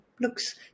looks